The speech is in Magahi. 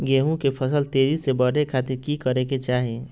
गेहूं के फसल तेजी से बढ़े खातिर की करके चाहि?